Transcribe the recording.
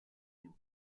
niu